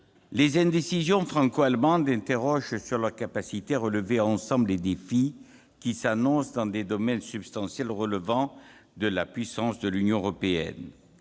des indécisions franco-allemandes, on s'interroge sur la capacité des deux États à relever ensemble les défis qui s'annoncent dans des domaines substantiels relevant de la puissance de l'Union européenne.